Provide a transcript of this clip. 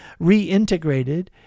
reintegrated